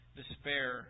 despair